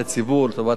לטובת הצרכן,